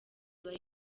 ibahe